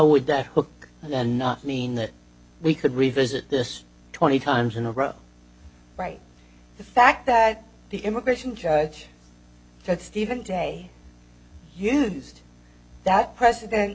would that hook and not mean that we could revisit this twenty times in a row right the fact that the immigration judge said stephen j used that president